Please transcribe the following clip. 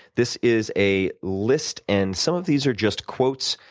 this is a list, and some of these are just quotes,